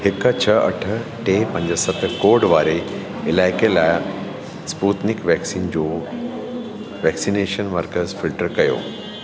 हिकु छह अठ टे पंज सत कोड वारे इलाइक़े लाइ स्पूतनिक वैक्सीन जो वैक्सनेशन मर्कज़ फिल्टर कयो